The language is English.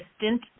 assistant